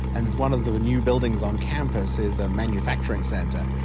and one of the new buildings on campus is a manufacturing centre.